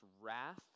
wrath